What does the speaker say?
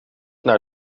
naar